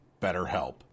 BetterHelp